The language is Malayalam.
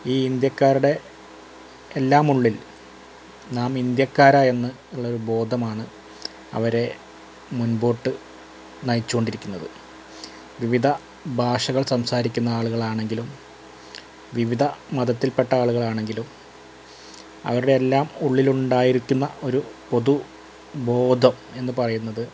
ഈ ഇന്ത്യാക്കാരുടെ എല്ലാം ഉള്ളിൽ നാം ഇന്ത്യക്കാരാണ് എന്ന് ഉള്ള ബോധമാണ് അവരെ മുൻപോട്ടു നയിച്ചു കൊണ്ടിരിക്കുന്നതു വിവിധ ഭാഷകൾ സംസാരിക്കുന്ന ആളുകളാണെങ്കിലും വിവിധ മതത്തിൽപ്പെട്ട ആളുകളാണെങ്കിലും അവരുടെ എല്ലാം ഉള്ളിലുണ്ടായിരിക്കുന്ന ഒരു പൊതു ബോധം എന്നു പറയുന്നത്